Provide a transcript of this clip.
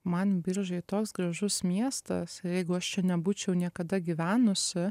man biržai toks gražus miestas ir jeigu aš čia nebūčiau niekada gyvenusi